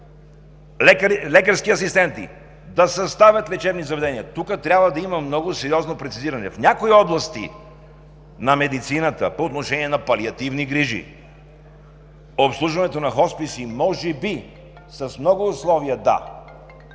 лекарски асистенти да съставят лечебни заведения? Тук трябва да има много сериозно прецизиране. В някои области на медицината по отношение на палиативни грижи, обслужването на хосписи може би, с много условия –